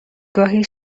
گاهی